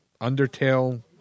Undertale